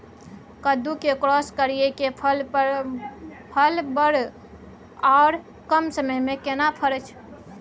कद्दू के क्रॉस करिये के फल बर आर कम समय में केना फरय छै?